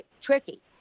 tricky